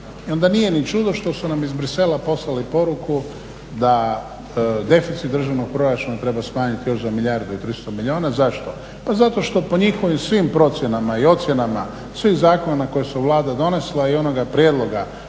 I onda nije ni čudo što su nam iz Bruxellesa poslali poruku da deficit državnog proračuna treba smanjiti još za 1,300 milijuna. Zašto? Pa zato što po njihovim svim procjenama i ocjenama svih zakona koje su Vlade donesle i onoga prijedloga